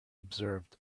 observed